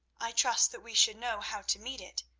i trust that we should know how to meet it.